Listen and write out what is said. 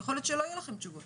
יכול להיות שלא יהיו לכם תשובות,